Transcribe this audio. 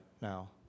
now